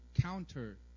counter